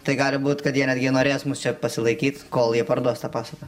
tai gali būt kad jei netgi norės mus čia pasilaikyt kol jie parduos tą pastatą